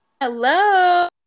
Hello